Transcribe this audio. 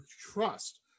trust